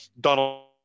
Donald